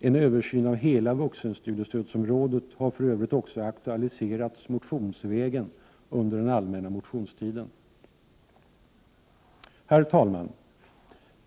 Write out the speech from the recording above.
En översyn av hela vuxenstudiestödsområdet har för övrigt också motionsvägen aktualiserats under den allmänna motionstiden. Herr talman!